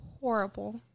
horrible